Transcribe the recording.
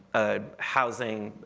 ah housing,